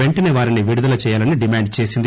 వెంటసే వారిని విడుదల చేయాలని డిమాండ్ చేసింది